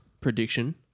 prediction